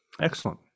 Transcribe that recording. Excellent